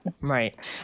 Right